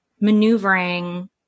maneuvering